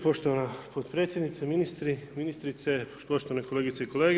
Poštovana potpredsjednice, ministri, ministrice, poštovane kolegice i kolege.